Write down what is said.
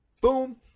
boom